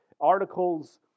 articles